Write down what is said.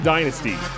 Dynasty